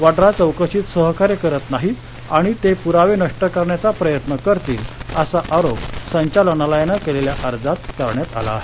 वड्रा चौकशीत सहकार्य करत नाहीत आणि ते पुरावे नष्ट करण्याचे प्रयत्न करतील असा आरोप संचालनालयानं केलेल्या अर्जात करण्यात आला आहे